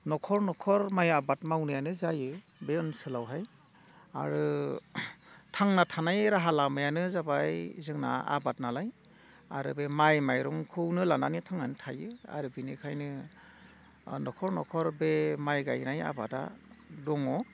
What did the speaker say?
न'खर न'खर माइ आबाद मावनायानो जायो बे ओनसोलावहाय आरो थांना थानाय राहा लामायानो जाबाय जोंना आबाद नालाय आरो बे माइ माइरंखौनो लानानै थांनानै थायो आरो बेनिखायनो न'खर न'खर बे माइ गायनाय आबादा दङ